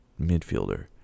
midfielder